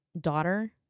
daughter